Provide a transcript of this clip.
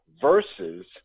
Versus